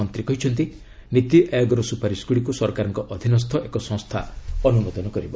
ମନ୍ତ୍ରୀ କହିଛନ୍ତି ନୀତିଆୟୋଗର ସୁପାରିଶ ଗୁଡ଼ିକୁ ସରକାରଙ୍କ ଅଧୀନସ୍ଥ ଏକ ସଂସ୍ଥା ଅନୁମୋଦନ କରିବ